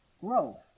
growth